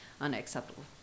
unacceptable